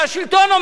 אומר אולמרט.